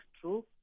true